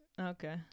Okay